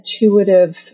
intuitive